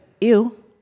ew